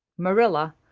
marilla,